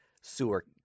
sewer